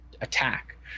attack